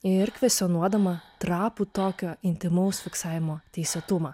ir kvestionuodama trapų tokio intymaus fiksavimo teisėtumą